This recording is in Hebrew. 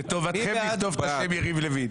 לטובתכם נכתוב את השם יריב לוין.